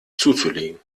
zuzulegen